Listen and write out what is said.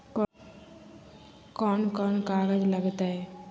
कौन कौन कागज लग तय?